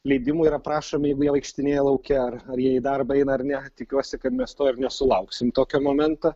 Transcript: leidimų yra prašomi jeigu jie vaikštinėja lauke ar ar jie į darbą eina ar ne tikiuosi kad mes to ir nesulauksim tokio momento